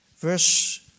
Verse